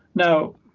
now,